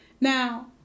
Now